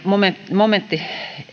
momentti